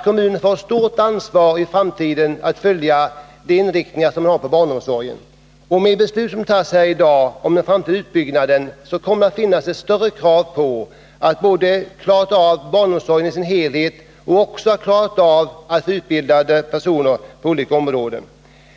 läggs i framtiden ett stort ansvar, om de inriktningar som vi har på barnomsorgen skall kunna följas. Med det beslut som fattas i dag om den framtida utbyggnaden kommer det att ställas större krav på att klara av barnomsorgen och att utbilda personal på detta område.